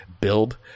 build